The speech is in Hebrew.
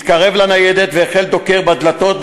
התקרב לניידת והחל דוקר בדלתות,